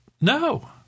no